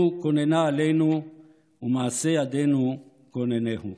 כוננה עלינו ומעשה ידינו כוננהו".